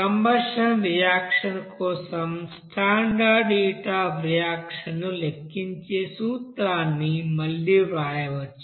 combustion reaction కోసం standard heat of reaction ను లెక్కించే సూత్రాన్ని మళ్ళీ వ్రాయవచ్చు